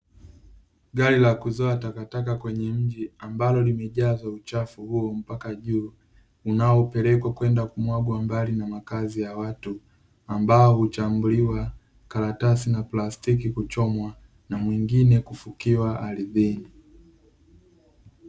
Gari la kuzoa takataka kwenye mji, ambalo limejazwa uchafu huo mpaka juu, unaopelekwa kwenda kumwagwa mbali na makazi ya watu, ambao huchambuliwa karatasi na plasitiki kuchomwa na mwingine kufukiwa ardhini.